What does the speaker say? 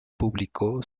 publicó